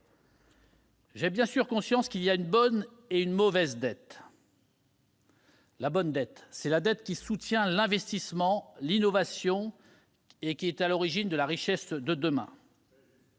J'ai bien sûr conscience qu'il y a une bonne et une mauvaise dette. La bonne dette, c'est celle qui soutient l'investissement, l'innovation, et qui est à l'origine de la richesse de demain.